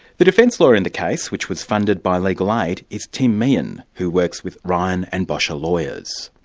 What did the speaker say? the defence lawyer in the case, which was funded by legal aid, is tim meehan, who works with ryan and bosscher lawyers.